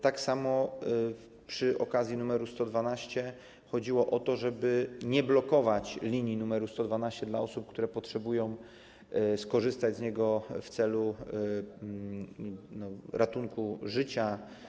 Tak samo przy okazji numeru 112 chodziło o to, żeby nie blokować linii numeru 112 osobom, które potrzebują skorzystać z niego w celu ratowania życia.